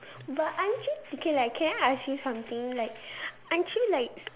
but aren't you okay like can I ask you something like aren't you like